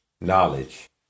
knowledge